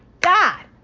God